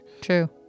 True